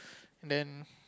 then